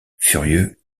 furieux